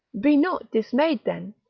be not dismayed then,